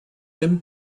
him